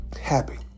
happy